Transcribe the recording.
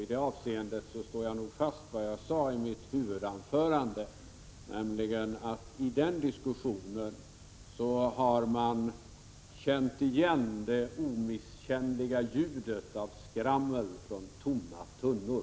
I det avseendet står jag fast vid vad jag sade i mitt huvudanförande, nämligen att man i den diskussionen har känt igen det omisskännliga ljudet av skrammel från tomma tunnor.